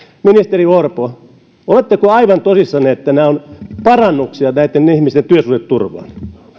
ministeri orpo oletteko aivan tosissanne että nämä ovat parannuksia näitten ihmisten työsuhdeturvaan